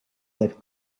that